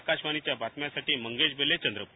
आकाशवाणीच्या बातम्यांसाठी मंगेश बेले चंद्रपूर